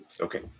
Okay